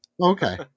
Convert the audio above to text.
Okay